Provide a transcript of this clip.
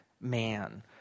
man